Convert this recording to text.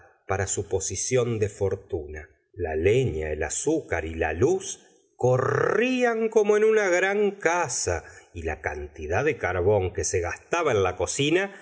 para su posición de fortuna la leña el azúcar y la luz corrian como en una gran casa y la cantidad de carbón que se gastaba en la cocina